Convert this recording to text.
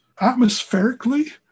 Atmospherically